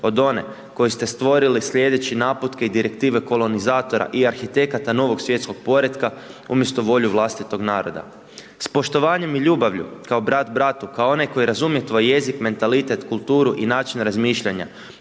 od one koju ste stvorili slijedeći naputke i direktive kolonizatora i arhitekata novog svjetskog poretka umjesto volju vlastitog naroda. S poštovanjem i ljubavlju, kao brat bratu, kao onaj tko razumije tvoj jezik, mentalitet, kulturu i način razmišljanja,